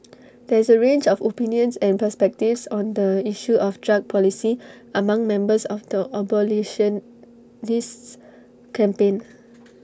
there is A range of opinions and perspectives on the issue of drug policy among members of the abolitionists campaign